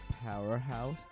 Powerhouse